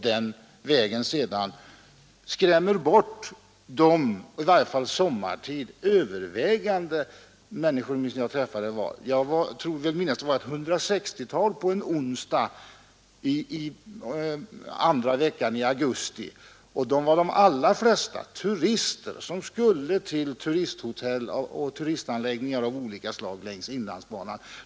Därigenom avskräcker man människor från att ta tåget. Jag träffade ca 160 personer där uppe — en onsdag under andra veckan i augusti — och de allra flesta var turister som skulle till hotelloch turistanläggningar av olika slag längs inlandsbanan.